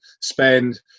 spend